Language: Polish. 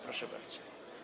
Proszę bardzo.